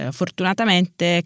fortunatamente